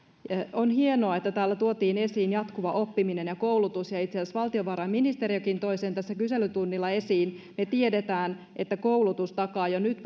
on hienoa että täällä tuotiin esiin jatkuva oppiminen ja koulutus ja itse asiassa valtiovarainministeriökin toi sen tässä kyselytunnilla esiin tiedetään että koulutus takaa jo nyt